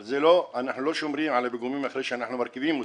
אבל אנחנו לא שומרים על הפיגומים אחרי שאנחנו מרכיבים אותם.